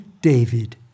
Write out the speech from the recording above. David